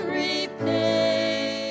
repay